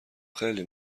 خیلی